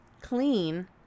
clean